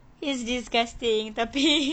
it's disgusting tapi